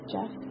Jeff